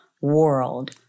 world